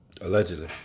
Allegedly